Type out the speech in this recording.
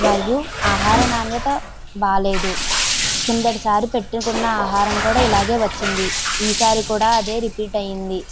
మరియు ఆహార నాణ్యత బాలేదు కిందటిసారి పెట్టుకున్న ఆహారం కూడా ఇలాగే వచ్చింది ఈ సారి కూడా అదే రిపీట్ అయింది